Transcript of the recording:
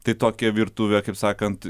tai tokia virtuvė kaip sakant